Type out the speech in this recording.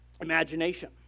Imagination